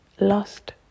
lost